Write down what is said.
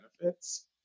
benefits